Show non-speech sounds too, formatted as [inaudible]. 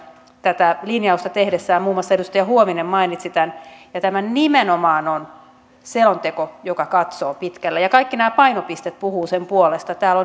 tätä linjausta tehdessään muun muassa edustaja huovinen mainitsi tämän ja tämä nimenomaan on selonteko joka katsoo pitkälle kaikki nämä painopisteet puhuvat sen puolesta täällä [unintelligible]